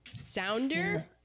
sounder